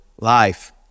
life